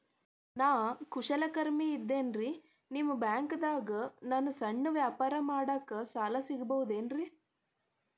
ನಾ ಕುಶಲಕರ್ಮಿ ಇದ್ದೇನ್ರಿ ನಿಮ್ಮ ಬ್ಯಾಂಕ್ ದಾಗ ನನ್ನ ಸಣ್ಣ ವ್ಯವಹಾರಕ್ಕ ಸಾಲ ಸಿಗಬಹುದೇನ್ರಿ?